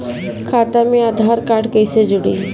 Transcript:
खाता मे आधार कार्ड कईसे जुड़ि?